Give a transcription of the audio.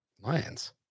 Lions